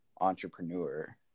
entrepreneur